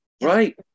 Right